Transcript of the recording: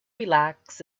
relax